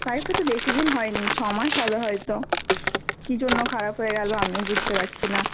পাইপটা তো বেশি দিন হয়নি ছমাস হবে হয়ত কী জন্য খারাপ হয়ে গেলো আমিও বুঝতে পারছিনা